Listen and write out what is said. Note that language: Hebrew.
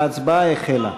ההצבעה החלה.